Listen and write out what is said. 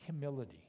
Humility